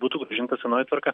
būtų grąžinta senoji tvarka